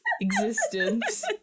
existence